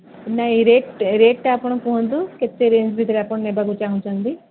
ନାଇଁ ଏଇ ରେଟ୍ ରେଟ୍ଟା ଆପଣ କୁହନ୍ତୁ କେତେ ରେଞ୍ଜ ଭିତରେ ଆପଣ ନେବାକୁ ଚାହୁଁଛନ୍ତି